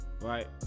Right